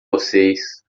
vocês